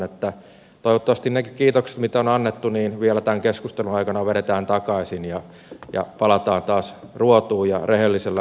toivottavasti ne kiitokset mitä on annettu vielä tämän keskustelun aikana vedetään takaisin ja palataan taas ruotuun ja rehelliselle asialinjalle